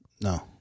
No